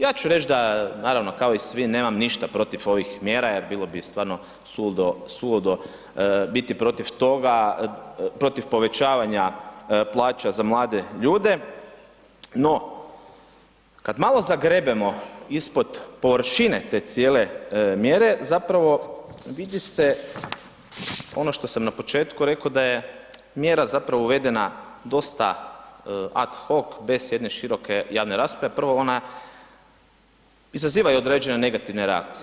Ja ću reć da naravno kao i svi, nemam ništa protiv ovih mjera jer bilo bi stvarno suludo biti protiv toga, protiv povećavanja plaća za mlade ljude no kad malo zagrebemo ispod površine te cijele mjere, zapravo vidi se ono što sam na početku rekao da je mjera zapravo uvedena dosta ad hoc, bez jedne široke javne rasprave, prvo, ona izazova i određene negativne reakcije.